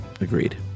Agreed